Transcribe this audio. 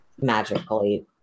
magically